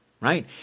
Right